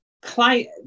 Client